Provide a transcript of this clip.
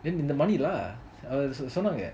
then in the mani lah சொன்னாங்க:sonanga